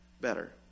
better